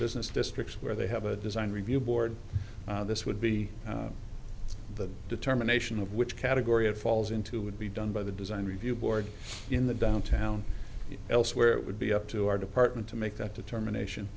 business district where they have a design review board this would be the determination of which category it falls into would be done by the design review board in the downtown elsewhere it would be up to our department to make that determination